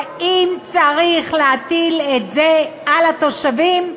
האם צריך להטיל את זה על התושבים?